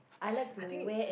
I think it's